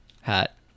hat